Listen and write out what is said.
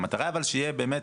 אבל המטרה היא שיהיה באמת,